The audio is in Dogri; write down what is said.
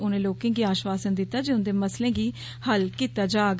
उनें लोकें गी आशवासन दित्ता जे उन्दे मसलें गी हल कीत्ता जाग